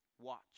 Watch